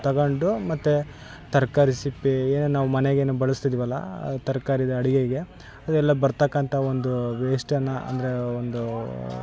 ತಗೊಂಡು ಮತ್ತು ತರಕಾರಿ ಸಿಪ್ಪೆ ಏನೇನು ನಾವು ಮನೆಗೆ ಬಳಸ್ತಿದಿವಲ್ಲ ಆ ತರ್ಕಾರಿದು ಅಡಿಗೆಗೆ ಅದೆಲ್ಲ ಬರ್ತಕ್ಕಂಥ ಒಂದು ವೇಸ್ಟನ್ನು ಅಂದರೆ ಒಂದು